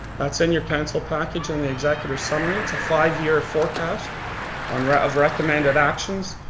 that's in your council package, in the executive summary. it's a five year forecast and of recommended actions.